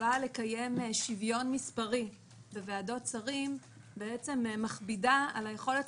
החובה לקיים שוויון מספרי בוועדות שרים מכבידה על היכולת